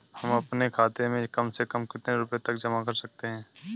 हम अपने खाते में कम से कम कितने रुपये तक जमा कर सकते हैं?